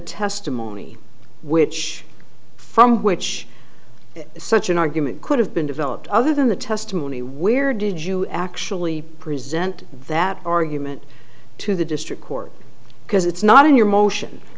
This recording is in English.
testimony which from which such an argument could have been developed other than the testimony where did you actually present that argument to the district court because it's not in your motion